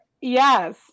yes